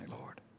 Lord